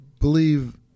believe